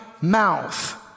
mouth